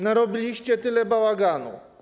Narobiliście tyle bałaganu.